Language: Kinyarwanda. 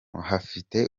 hafite